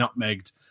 nutmegged